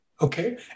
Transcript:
Okay